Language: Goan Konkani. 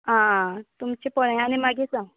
आं तुमचें पळयां आनी मागी सांग